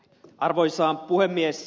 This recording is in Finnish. arvoisa puhemies